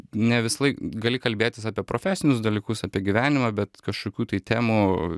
ne visąlaik gali kalbėtis apie profesinius dalykus apie gyvenimą bet kažkokių tai temų